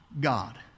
God